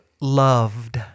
loved